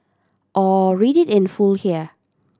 or read it in full here